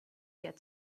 get